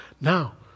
now